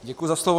Děkuji za slovo.